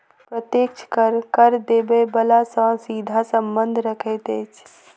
प्रत्यक्ष कर, कर देबय बला सॅ सीधा संबंध रखैत अछि